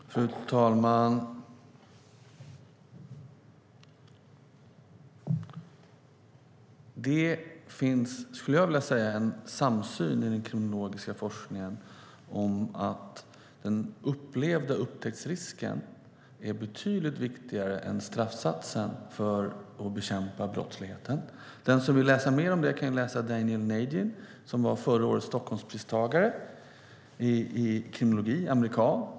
Fru talman! Det finns, skulle jag vilja säga, en samsyn inom den kriminologiska forskningen att den upplevda upptäcktsrisken är betydligt viktigare än straffsatsen för att bekämpa brottsligheten. Den som vill läsa mer om det kan läsa vad amerikanen Daniel Nagin, som var förra årets Stockholmspristagare i kriminologi, har skrivit.